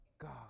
God